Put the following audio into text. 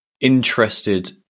interested